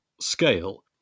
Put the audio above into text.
scale